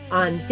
on